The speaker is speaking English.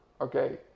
okay